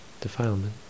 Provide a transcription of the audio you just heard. defilement